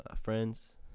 friends